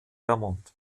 vermont